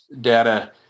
data